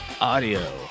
audio